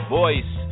voice